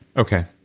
okay.